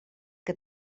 que